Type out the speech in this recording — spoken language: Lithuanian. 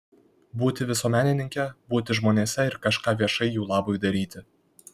būti visuomenininke būti žmonėse ir kažką viešai jų labui daryti